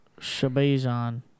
Shabazan